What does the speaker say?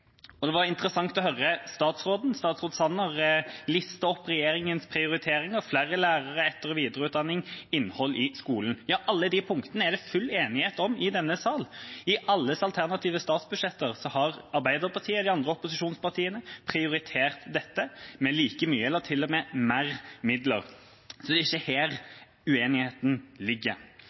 småpenger. Det var interessant å høre statsråd Sanner liste opp regjeringas prioriteringer – flere lærere, etter- og videreutdanning, innhold i skolen. Alle de punktene er det full enighet om i denne sal. I alles alternative statsbudsjetter har Arbeiderpartiet og de andre opposisjonspartiene prioritert dette med like mye eller til og med mer midler. Det er ikke her uenigheten ligger.